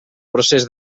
procés